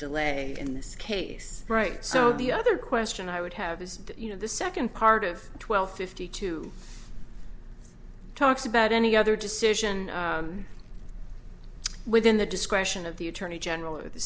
delay in this case right so the other question i would have is you know the second part of twelve fifty two talks about any other decision within the discretion of the attorney general or the